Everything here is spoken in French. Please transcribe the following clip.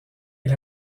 est